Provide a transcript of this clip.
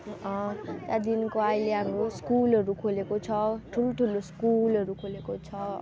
त्यहाँदेखिको अहिले अब स्कुलहरू खोलेको छ ठुल्ठुलो स्कुलहरू खोलेको छ